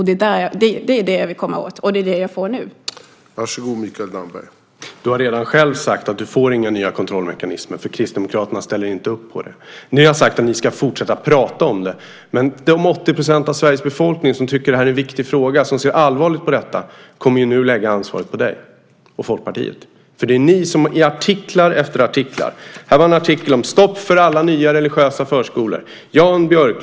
Det är det jag vill komma åt, och det får jag nu.